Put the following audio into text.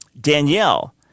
Danielle